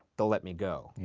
they'll let me go.